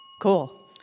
Cool